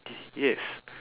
yes